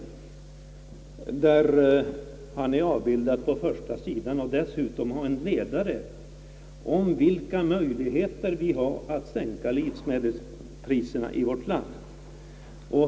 Jordbruksministern är där avbildad på första sidan och har dessutom en ledare om möjligheterna att sänka livsmedelspriserna i vårt land.